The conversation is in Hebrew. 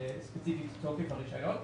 ספציפית תוקף הרישיון,